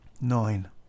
Nine